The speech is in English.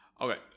Okay